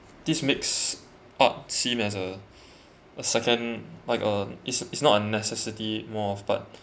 this makes arts seemed as a a second like uh it's it's not a necessity more off but